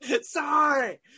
sorry